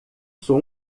sou